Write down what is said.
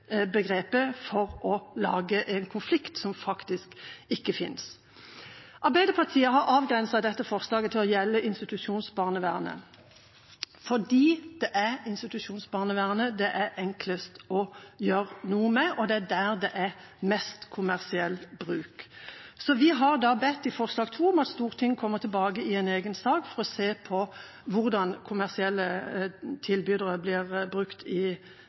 begrepet for å lage en konflikt som faktisk ikke finnes. Arbeiderpartiet har avgrenset dette forslaget til å gjelde institusjonsbarnevernet fordi det er institusjonsbarnevernet det er enklest å gjøre noe med, og det er der det er mest kommersiell bruk. Så vi har i forslag nr. 2 bedt om at regjeringen kommer tilbake i en egen sak for å se på hvordan kommersielle tilbydere blir brukt i kommunen, og hvordan en kan gjøre noe med det. I